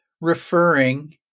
referring